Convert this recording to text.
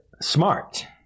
smart